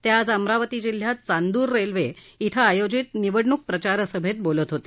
ते आज अमरावती जिल्ह्यात चांद्र रेल्वे इथं आयोजित निवडणूक प्रचार सभेत बोलत होते